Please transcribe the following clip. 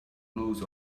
lose